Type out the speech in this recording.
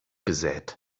gesät